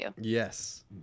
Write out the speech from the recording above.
Yes